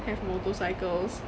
have motorcycles